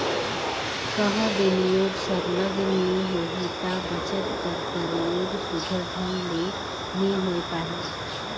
कहों बिनियोग सरलग नी होही ता बचत कर परयोग सुग्घर ढंग ले नी होए पाही